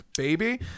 baby